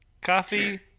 coffee